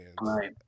right